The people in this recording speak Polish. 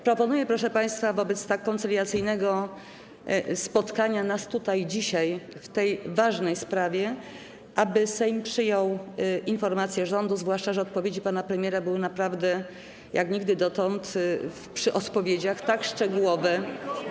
Proponuję, proszę państwa, wobec tak koncyliacyjnego dzisiaj naszego spotkania w tej ważnej sprawie, aby Sejm przyjął informację rządu, zwłaszcza że odpowiedzi pana premiera były naprawdę jak nigdy dotąd w ramach odpowiedzi tak szczegółowe.